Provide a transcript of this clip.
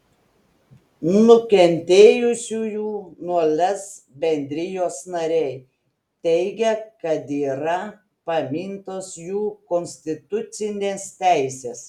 nukentėjusiųjų nuo lez bendrijos nariai teigia kad yra pamintos jų konstitucinės teisės